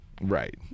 Right